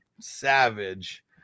Savage